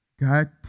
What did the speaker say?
God